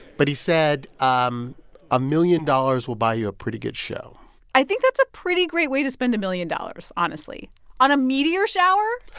but he said um a million dollars will buy you a pretty good show i think that's a pretty great way to spend a million dollars, honestly on a meteor shower?